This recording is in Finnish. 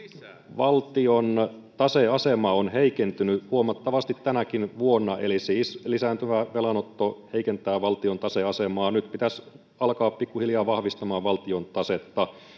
valtion taseasema on heikentynyt huomattavasti tänäkin vuonna eli siis lisääntyvä velanotto heikentää valtion taseasemaa nyt pitäisi alkaa pikkuhiljaa vahvistamaan valtion tasetta